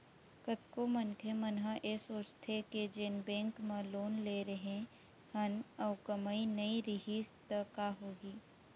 कतको मनखे मन ह ऐ सोचथे के जेन बेंक म लोन ले रेहे हन अउ कमई नइ रिहिस त का होही